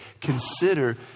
consider